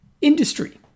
industry